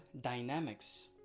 Dynamics